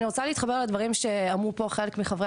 אני רוצה להתחבר לדברים שאמרו פה חלק מחברי